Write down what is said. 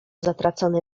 zatracony